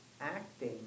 acting